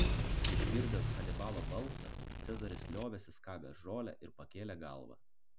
išgirdęs hanibalo balsą cezaris liovėsi skabęs žolę ir pakėlė galvą